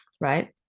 Right